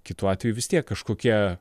kitu atveju vis tiek kažkokia